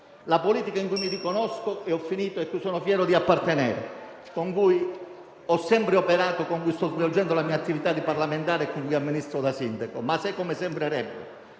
la politica in cui mi riconosco e a cui sono fiero di appartenere, con cui ho sempre operato e con cui sto svolgendo la mia attività di parlamentare e con cui amministro da sindaco. Tuttavia, se, come sembrerebbe,